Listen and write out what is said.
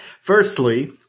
Firstly